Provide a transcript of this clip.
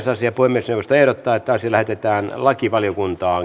puhemiesneuvosto ehdottaa että asia lähetetään lakivaliokuntaan